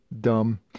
Dumb